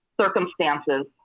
circumstances